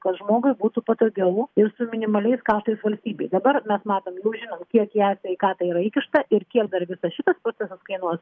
kad žmogui būtų patogiau ir su minimaliais kaštais valstybei dabar mes matom jau žinom kiek į e sveikatą yra įkišta ir kiek dar visas šitas procesas kainuos